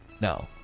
no